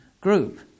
group